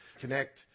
connect